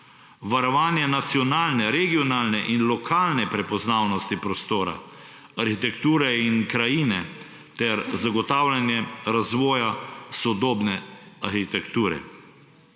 varovanje nacionalne, regionalne in lokalne prepoznavnosti prostora, arhitekture in krajine ter zagotavljanje razvoja sodobne arhitekture.